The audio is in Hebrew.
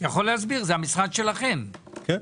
שלום,